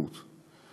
"התנתקות".